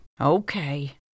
Okay